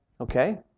Okay